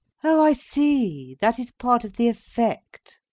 oh, i see that is part of the effect.